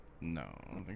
No